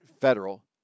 federal